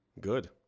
Good